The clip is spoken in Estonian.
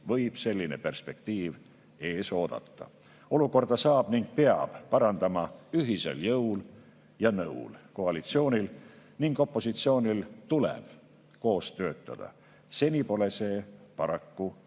võib selline perspektiiv ees oodata. Olukorda saab parandada ning seda peab parandama ühisel jõul ja nõul. Koalitsioonil ja opositsioonil tuleb koos töötada. Seni pole see paraku